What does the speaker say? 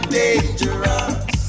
dangerous